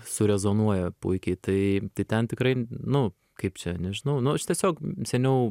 surezonuoja puikiai tai tai ten tikrai nu kaip čia nežinau nu aš tiesiog seniau